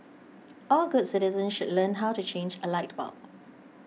all good citizens should learn how to change a light bulb